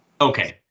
okay